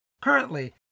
Currently